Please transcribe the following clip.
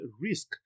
risk